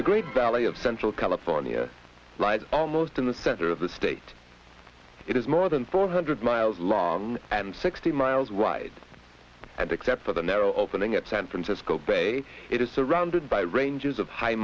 the great valley of central california rises almost in the center of the state it is more than four hundred miles long and sixty miles wide and except for the narrow opening at san francisco bay it is surrounded by ranges of high